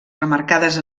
remarcades